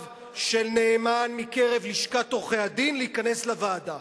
של נאמן מקרב לשכת עורכי-הדין להיכנס לוועדה.